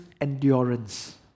endurance